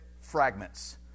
fragments